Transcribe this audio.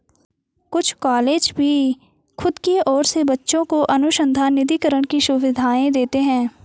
कुछ कॉलेज भी खुद की ओर से बच्चों को अनुसंधान निधिकरण की सुविधाएं देते हैं